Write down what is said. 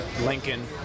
Lincoln